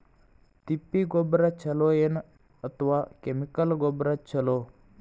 ತಿಪ್ಪಿ ಗೊಬ್ಬರ ಛಲೋ ಏನ್ ಅಥವಾ ಕೆಮಿಕಲ್ ಗೊಬ್ಬರ ಛಲೋ?